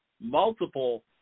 Multiple